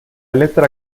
letra